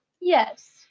Yes